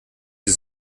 sie